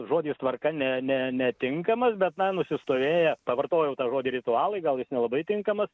žodis tvarka ne ne netinkamas bet na nusistovėję pavartojau tą žodį ritualai gal jis nelabai tinkamas